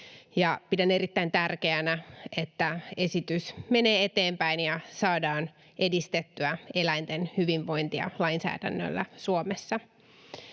Pidän erittäin tärkeänä, että esitys menee eteenpäin ja saadaan edistettyä eläinten hyvinvointia lainsäädännöllä Suomessa.